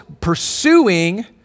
pursuing